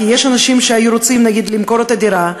כי יש אנשים שהיו רוצים למכור את הדירה,